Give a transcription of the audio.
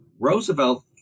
roosevelt